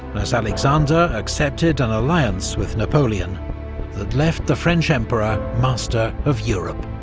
as alexander accepted an alliance with napoleon that left the french emperor master of europe.